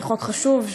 חוק חשוב,